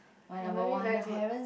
memory very good